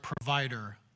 provider